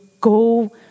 go